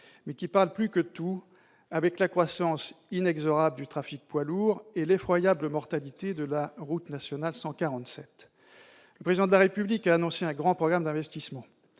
mais qui parlent plus que tout, avec la croissance inexorable de la circulation de poids lourds et l'effroyable mortalité de la route nationale 147. Le Président de la République a annoncé un grand programme d'investissement.